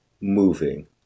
moving